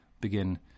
begin